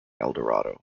eldorado